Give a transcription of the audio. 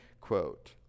quote